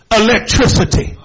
electricity